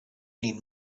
need